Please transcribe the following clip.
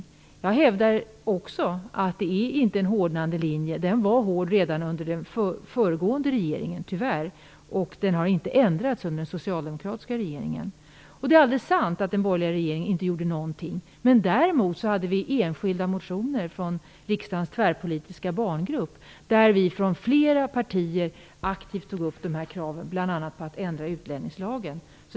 Också jag hävdar att det inte är fråga om en hårdnande linje nu. Tyvärr var den hård redan under den föregående regeringen, och den har inte ändrats under den socialdemokratiska regeringen. Det är sant att den borgerliga regeringen inte gjorde någonting. Däremot fanns det enskilda motioner från riksdagens tvärpolitiska barngrupp där vi från flera olika partier aktivt krävde bl.a. en ändring av utlänningslagen.